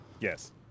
Yes